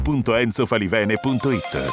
www.enzofalivene.it